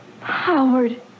Howard